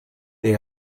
they